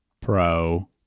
Pro